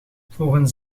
volgens